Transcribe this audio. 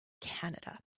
Canada